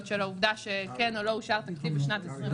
של העובדה שכן או לא אושר תקציב שנת 2020,